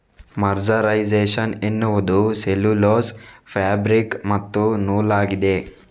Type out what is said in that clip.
mercerisation ಎನ್ನುವುದು cellulose fabric ಮತ್ತು ನೂಲಾಗಿದೆ